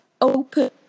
open